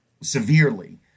severely